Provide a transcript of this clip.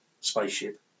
spaceship